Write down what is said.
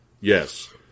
Yes